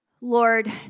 Lord